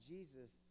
Jesus